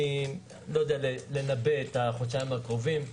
אני לא יודע לנבא את החודשיים הקרובים.